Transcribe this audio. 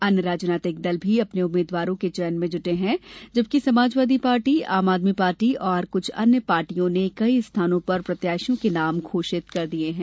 अन्य राजनैतिक दल भी अपने उम्मीद्वारों के चयन में जुटे हैं जबकि समाजवादी पार्टी आम आदमी पार्टी और कुछ अन्य पार्टियों ने कई स्थानों पर प्रत्याशियों के नाम घोषित कर दिये हैं